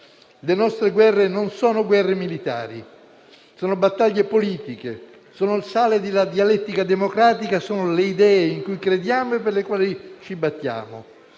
Le nostre non sono guerre militari, ma battaglie politiche; sono il sale della dialettica democratica; sono le idee in cui crediamo e per le quali ci battiamo,